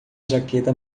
jaqueta